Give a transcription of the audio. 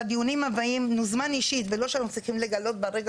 שלדיונים הבאים נוזמן אישית ולא שאנחנו צריכים לגלות ברגע